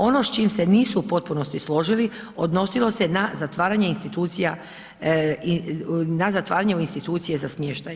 Ono s čim se nisu u potpunosti složili odnosilo se na zatvaranje institucija i, na zatvaranje u institucije za smještaj.